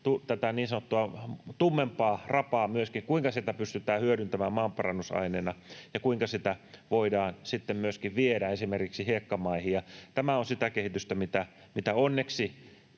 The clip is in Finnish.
tätä niin sanottua tummempaa rapaa ja sitä, kuinka sitä pystytään hyödyntämään maanparannusaineena ja kuinka sitä voidaan sitten myöskin viedä esimerkiksi hiekkamaihin. Tämä on sitä kehitystä, mitä onneksi